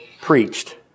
preached